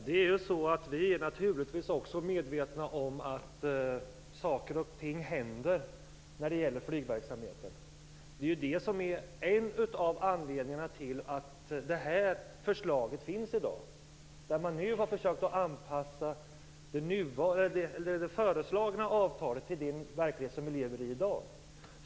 Herr talman! Vi är naturligtvis också medvetna om att saker och ting händer när det gäller flygverksamheten. Det är ju en av anledningarna till det förslag vi behandlar i dag. Där har man försökt anpassa det föreslagna avtalet till den verklighet som vi i dag lever i.